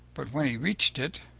but when he reached it,